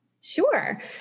Sure